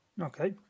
Okay